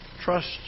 Trust